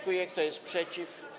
Kto jest przeciw?